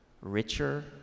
richer